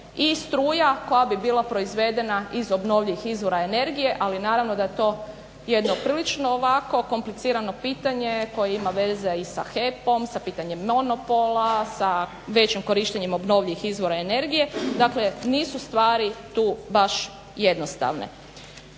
i struja koja bi bila izvedena iz obnovljivih izvora energije ali naravno da je to jedno prilično ovako komplicirano pitanje koje ima veze i sa HEP-om, sa pitanjem monopola, sa većim korištenjem obnovljivih izvora energije. Dakle, nisu stvari tu baš jednostavne.